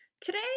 Today